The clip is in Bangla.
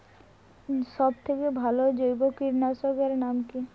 সব থেকে ভালো জৈব কীটনাশক এর নাম কি?